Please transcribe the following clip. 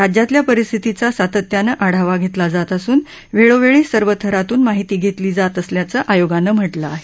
राज्यातल्या परिस्थितीचा सातत्यानं आढावा घेतला जात असून वेळोवेळी सर्व थरातून माहिती घेतली जात असल्याचं आयोगानं म्हटलं आहे